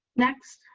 next,